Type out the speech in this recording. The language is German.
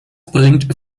bringt